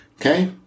Okay